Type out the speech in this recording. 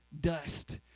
dust